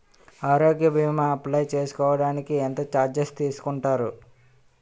ఆరోగ్య భీమా అప్లయ్ చేసుకోడానికి ఎంత చార్జెస్ తీసుకుంటారు?